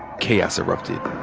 chaos erupted.